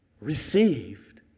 received